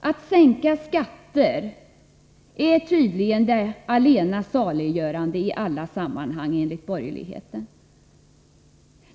Att sänka skatter är tydligen det allena saliggörande i alla sammanhang enligt borgerligheten.